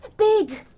big!